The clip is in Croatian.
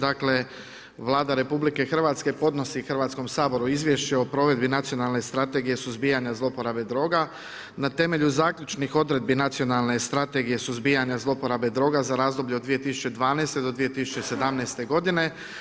Dakle, Vlada RH podnosi Hrvatskom saboru izvješće o provedbi nacionalne strategije suzbijanja zloporabe droga na temelju zaključnih odredbi nacionalne strategije suzbijanja zloporabe droga za razdoblje od 2012. do 2017. godine.